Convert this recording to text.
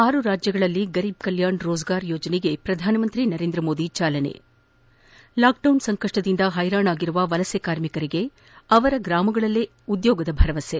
ಆರು ರಾಜ್ಯಗಳಲ್ಲಿ ಗರೀಬ್ ಕಲ್ಟಾಣ್ ರೋಜ್ಗಾರ್ ಯೋಜನೆಗೆ ಪ್ರಧಾನಮಂತ್ರಿ ನರೇಂದ್ರಮೋದಿ ಚಾಲನೆ ಲಾಕ್ಡೌನ್ ಸಂಕಷ್ಷದಿಂದ ಹೈರಾಣಾಗಿರುವ ವಲಸೆ ಕಾರ್ಮಿಕರಿಗೆ ಅವರ ಗ್ರಾಮದಲ್ಲೇ ಉದ್ಲೋಗದ ಭರವಸೆ